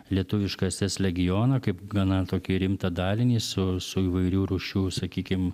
lietuviškąsias legioną kaip gana tokį rimtą dalinį su su įvairių rūšių sakykim